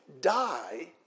die